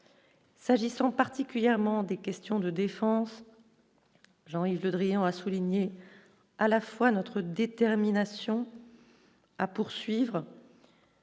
S'agissant particulièrement des questions de défense, Jean-Yves Le Drian, a souligné à la fois notre détermination à poursuivre.